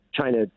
China